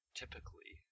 typically